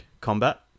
combat